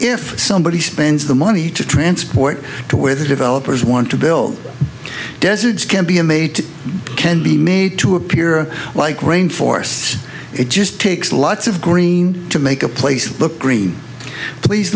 if somebody spends the money to transport to where the developers want to build deserts can be made to can be made to appear like rain forests it just takes lots of green to make a place look green please